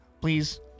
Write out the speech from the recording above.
Please